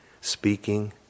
speaking